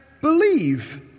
believe